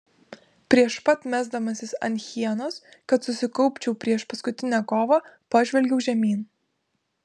prieš pat mesdamasis ant hienos kad susikaupčiau prieš paskutinę kovą pažvelgiau žemyn